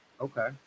Okay